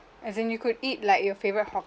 as in you could eat like your favorite hawker